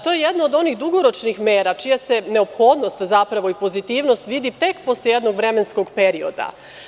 To je jedna od onih dugoročnih mera čija se neophodnost i pozitivnost vidi tek posle jednog vremenskog perioda.